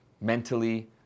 mentally